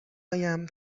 آیم